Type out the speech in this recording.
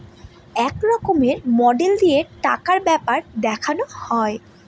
এক রকমের মডেল দিয়ে টাকার ব্যাপার দেখানো হয়